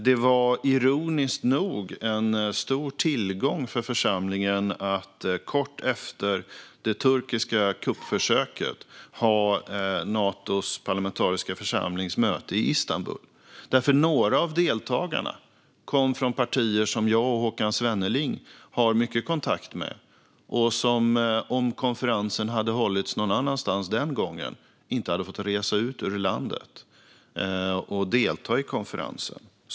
Det var ironiskt nog en stor tillgång för församlingen att kort efter det turkiska kuppförsöket ha Natos parlamentariska församlings möte i Istanbul. Några av deltagarna kom nämligen från partier som jag och Håkan Svenneling har mycket kontakt med och som inte hade fått resa ut ur landet och delta i konferensen om konferensen hade hållits någon annanstans den gången.